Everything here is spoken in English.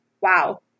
wow